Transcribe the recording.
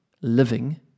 living